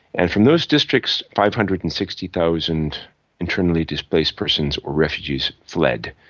and from those districts, five hundred and sixty thousand internally displaced persons or refugees fled.